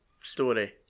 story